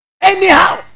anyhow